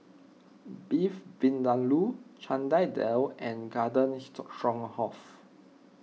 Beef Vindaloo Chana Dal and Garden Stroganoff